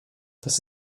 das